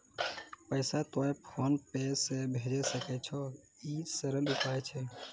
पैसा तोय PhonePe से भैजै सकै छौ? ई सरल उपाय छै?